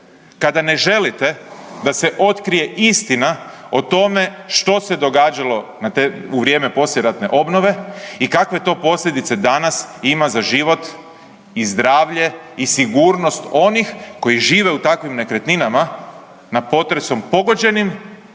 kada ne želite da se otkrije istina o tome što se događalo u vrijeme poslijeratne obnove i kakve to posljedice danas ima za život i zdravlje i sigurnost onih koji žive u takvim nekretninama na potresom pogođenim